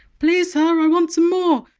please sir, i want some more?